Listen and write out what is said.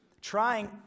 Trying